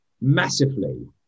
massively